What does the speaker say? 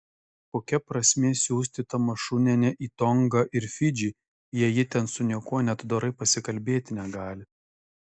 kokia prasmė siųsti tamašunienę į tongą ir fidžį jei ji ten su niekuo net dorai pasikalbėti negali